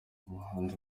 umuhanzi